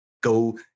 go